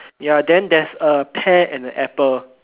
ya then there's a pear and a apple